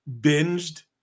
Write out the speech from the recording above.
binged